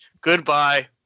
Goodbye